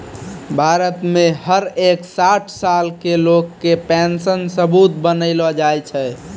भारत मे हर एक साठ साल के लोग के पेन्शन सबूत बनैलो जाय छै